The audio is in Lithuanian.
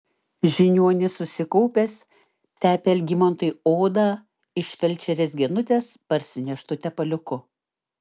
žiniuonis susikaupęs tepė algimantui odą iš felčerės genutės parsineštu tepaliuku